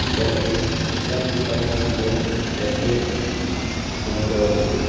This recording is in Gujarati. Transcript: તેમજ કેટલાક કિસ્સામાં સીધો કૅશબૅક મળતો હોય છે